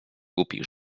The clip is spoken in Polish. głupich